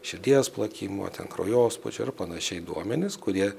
širdies plakimo ten kraujospūdžio ir panašiai duomenis kurie